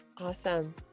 Awesome